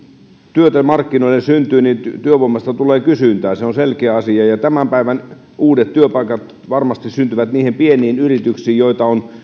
työtä markkinoille syntyy niin työvoimasta tulee kysyntää se on selkeä asia ja tämän päivän uudet työpaikat varmasti syntyvät niihin pieniin yrityksiin joita on